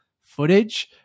footage